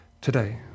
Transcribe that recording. today